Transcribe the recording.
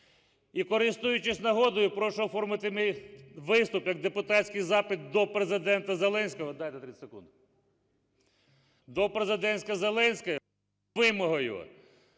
І, користуючись нагодою, прошу оформити мій виступ як депутатський запит до Президента Зеленського. Дайте 30 секунд. До Президента Зеленського із вимогою